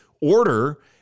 order